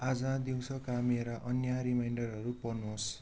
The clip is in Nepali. आज दिउँसोका मेरा अन्य रिमाइन्डरहरू पढ्नु होस्